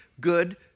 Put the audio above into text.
good